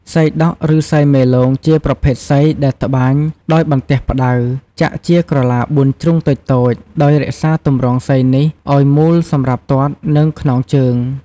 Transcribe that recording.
សីដក់ ឬ សីមេលោងជាប្រភេទសីដែលត្បាញ ដោយបន្ទះផ្ដៅ ចាក់ជាក្រឡា ៤ ជ្រុងតូចៗដោយរក្សាទម្រង់សីនេះឲ្យមូលសម្រាប់ទាត់ នឹង ខ្នងជើង ។